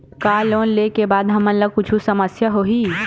का लोन ले के बाद हमन ला कुछु समस्या होही?